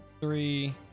three